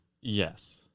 Yes